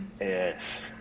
Yes